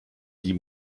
die